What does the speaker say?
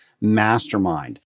mastermind